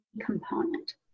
component